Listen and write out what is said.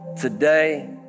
today